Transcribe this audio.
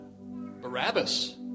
Barabbas